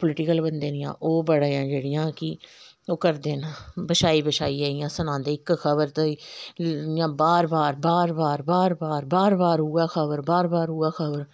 political बंदें दियां ओह् बड़ियां जेह्ड़ियां कि ओह् करदे न बछाई बछाइयै इ'यां सनांदे इक खबर ते इ'यां बार बार बार बार बार बार बार बार उ'ऐ खबर बार बार उ'ऐ खबर